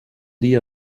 dia